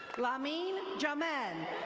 lameen jamed. and